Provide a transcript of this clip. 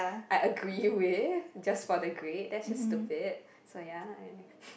I agree with just for the grade that's just stupid so ya